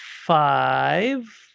five